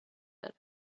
داره